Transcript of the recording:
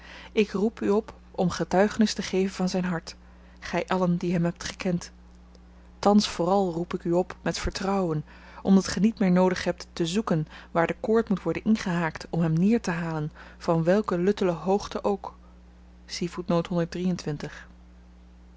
ik roep u op om getuigenis te geven van zyn hart gy allen die hem hebt gekend thans vooral roep ik u op met vertrouwen omdat ge niet meer noodig hebt te zoeken waar de koord moet worden ingehaakt om hem neertehalen van welke luttele hoogte ook